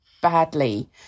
badly